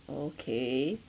okay